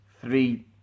three